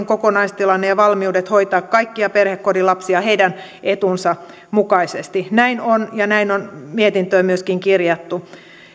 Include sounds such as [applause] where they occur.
[unintelligible] kokonaistilanne ja valmiudet hoitaa kaikkia perhekodin lapsia heidän etunsa mukaisesti näin on ja näin on mietintöön myöskin kirjattu